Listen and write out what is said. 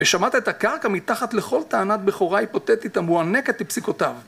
‫ושמט את הקרקע מתחת לכל טענת ‫בכורה היפותטית המוענקת מפסיקותיו.